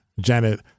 Janet